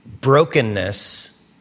Brokenness